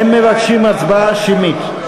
והם מבקשים הצבעה שמית.